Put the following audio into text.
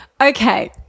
Okay